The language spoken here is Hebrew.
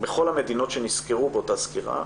בכל המדינות שנסקרו באותה סקירה,